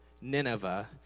Nineveh